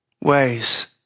ways